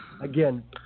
again